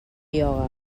ioga